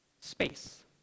space